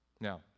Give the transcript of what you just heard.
Now